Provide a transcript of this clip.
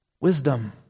Wisdom